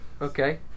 Okay